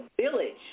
village